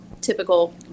typical